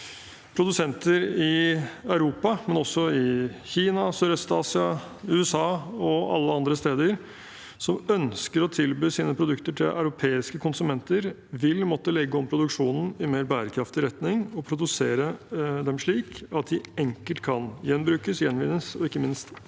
Produsenter i Europa, men også i Kina, Sørøst-Asia, USA og alle andre steder, som ønsker å tilby sine produkter til europeiske konsumenter, vil måtte legge om produksjonen i mer bærekraftig retning og produsere dem slik at de enkelt kan gjenbrukes, gjenvinnes og ikke minst